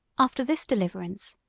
after this deliverance,